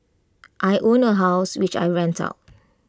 I own A house which I rent out